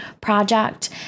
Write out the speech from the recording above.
project